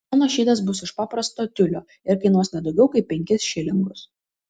mano šydas bus iš paprasto tiulio ir kainuos ne daugiau kaip penkis šilingus